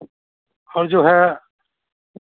और जो है